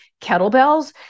kettlebells